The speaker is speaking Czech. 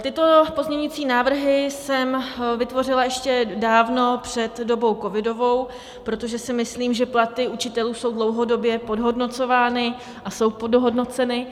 Tyto pozměňovací návrhy jsem vytvořila ještě dávno před dobou covidovou, protože si myslím, že platy učitelů jsou dlouhodobě podhodnocovány a jsou podhodnoceny.